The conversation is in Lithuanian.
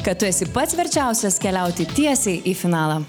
kad tu esi pats verčiausias keliauti tiesiai į finalą